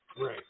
Right